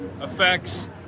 effects